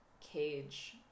cage